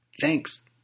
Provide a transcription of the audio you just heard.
Thanks